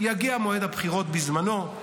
יגיע מועד הבחירות בזמנו,